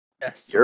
Yes